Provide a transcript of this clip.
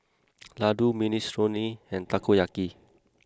Ladoo Minestrone and Takoyaki